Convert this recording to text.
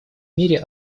мире